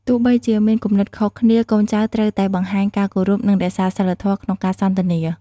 ទោះបីជាមានគំនិតខុសគ្នា កូនចៅត្រូវតែបង្ហាញការគោរព និងរក្សាសីលធម៌ក្នុងការសន្ទនា។